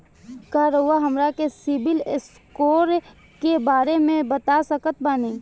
का रउआ हमरा के सिबिल स्कोर के बारे में बता सकत बानी?